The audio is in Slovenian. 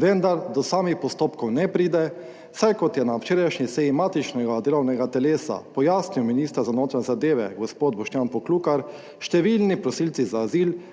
vendar do samih postopkov ne pride, saj kot je na včerajšnji seji matičnega delovnega telesa pojasnil minister za notranje zadeve gospod Boštjan Poklukar, številni prosilci za azil